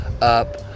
up